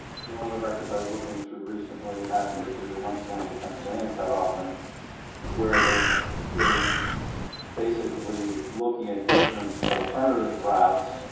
because one of the records i was looking looking through recently having to do, once again, with the pennsylvania cut-off, and where they're they're basically looking at different alternative routes,